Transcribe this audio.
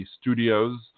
studios